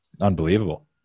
unbelievable